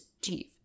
chief